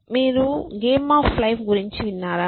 మీరు game of life గురించి విన్నారా